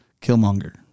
Killmonger